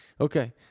Okay